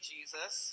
Jesus